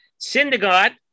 Syndergaard